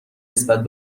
نسبت